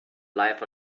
life